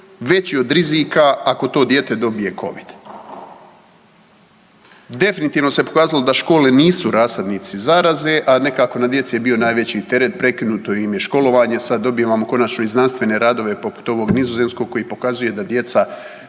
veći od rizika ako to dijete dobije covid? Definitivno se pokazalo da škole nisu rasadnici zaraze, a nekako na djeci je bio najveći teret, prekinuto im je školovanje sad dobivamo konačno i znanstvene radove poput ovog nizozemskog koji pokazuje da djeca